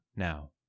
now